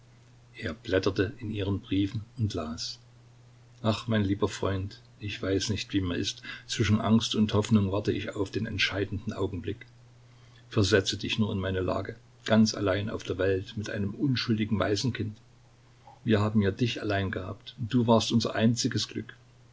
er blätterte in ihren briefen und las ach mein lieber freund ich weiß nicht wie mir ist zwischen angst und hoffnung warte ich auf den entscheidenden augenblick versetze dich nur in meine lage ganz allein auf der welt mit einem unschuldigen waisenkind wir haben ja dich allein gehabt und du warst unser einziges glück